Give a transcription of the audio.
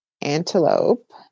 antelope